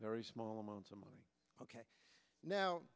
very small amounts of money ok now